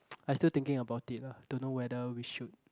I still thinking about it lah don't know whether we should